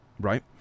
right